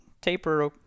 taper